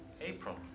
April